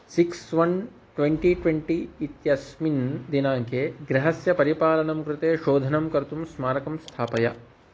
six one twenty twenty इत्यस्मिन् दिनाङ्के गृहस्य परिपालनं कृते शोधनं कर्तुं स्मारकं स्थापय